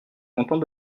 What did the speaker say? content